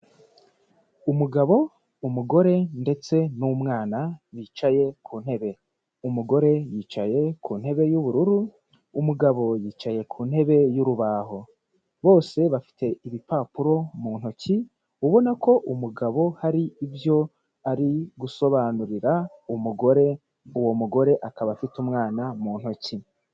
Umugabo, umugore ndetse n'umwana bicaye ku ntebe. Umugore yicaye ku ntebe y'ubururu, umugabo yicaye ku ntebe y'urubaho. Bose bafite ibipapuro mu ntoki, ubona ko umugabo hari ibyo ari gusobanurira umugore, uwo mugore akaba afite umwana mu ntoki.